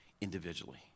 individually